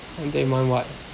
once every month what